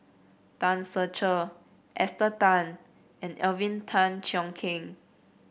Tan Ser Cher Esther Tan and Alvin Tan Cheong Kheng